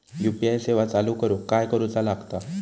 UPI सेवा चालू करूक काय करूचा लागता?